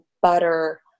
butter